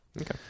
Okay